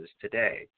today